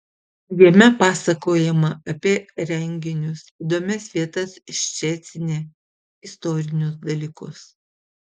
jame pasakojama apie renginius įdomias vietas ščecine istorinius dalykus